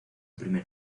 primer